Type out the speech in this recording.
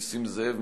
נסים זאב,